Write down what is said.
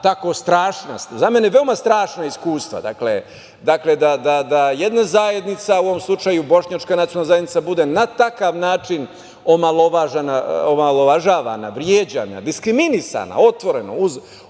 tako strašna, za mene veoma strašna iskustva, da jedna zajednica, u ovom slučaju bošnjačka nacionalna zajednica bude na takav način omalovažavana, vređana, diskriminisana otvoreno, uz